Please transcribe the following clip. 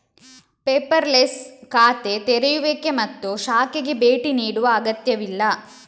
paperless ಖಾತೆ ತೆರೆಯುವಿಕೆ ಮತ್ತು ಶಾಖೆಗೆ ಭೇಟಿ ನೀಡುವ ಅಗತ್ಯವಿಲ್ಲ